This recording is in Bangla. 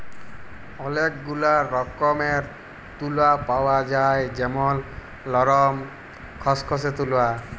ওলেক গুলা রকমের তুলা পাওয়া যায় যেমল লরম, খসখসে তুলা